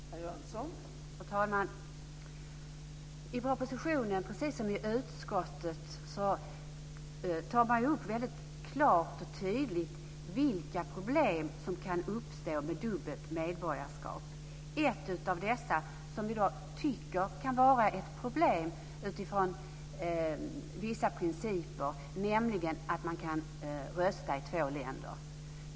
Fru talman! I propositionen precis som i utskottet tas ju väldigt klart och tydligt upp vilka problem som kan uppstå med dubbelt medborgarskap. Ett av dessa som vi tycker kan vara ett problem utifrån vissa principer är att man kan rösta i två länder.